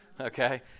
okay